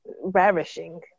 ravishing